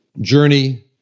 journey